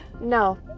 No